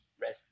rest